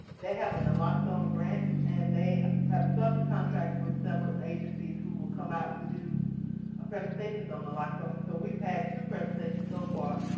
they have an naloxone grant and they have subcontracts with several agencies who will come out and do presentations on naloxone, so we've had two presentations so far.